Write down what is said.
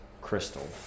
crystal